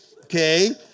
okay